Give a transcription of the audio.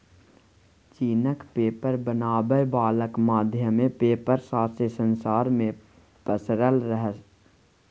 चीनक पेपर बनाबै बलाक माध्यमे पेपर सौंसे संसार मे पसरल रहय